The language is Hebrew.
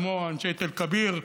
כמו אנשי תל כביר,